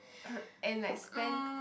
and like spend